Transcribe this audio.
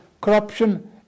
corruption